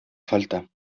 falta